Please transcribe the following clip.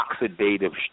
oxidative